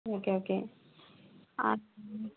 okay okay